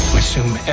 Assume